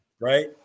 Right